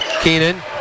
Keenan